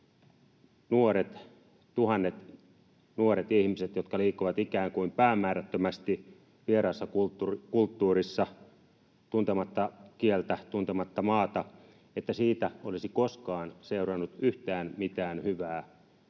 että tuhannet nuoret ihmiset liikkuvat ikään kuin päämäärättömästi vieraassa kulttuurissa tuntematta kieltä, tuntematta maata, olisi koskaan seurannut yhtään mitään hyvää